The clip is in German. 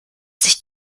sich